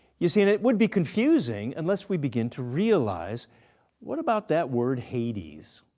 you see and it would be confusing unless we begin to realize what about that word hades?